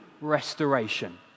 restoration